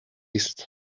است